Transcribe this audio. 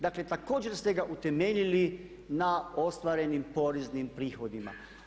Dakle, također ste ga utemeljili na ostvarenim poreznim prihodima.